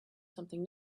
something